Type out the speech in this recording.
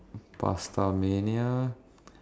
pastamania